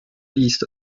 east